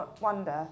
wonder